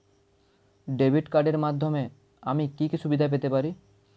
Debit কার্ডের মাধ্যমে আমি কি কি সুবিধা পেতে পারি?